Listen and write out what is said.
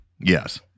Yes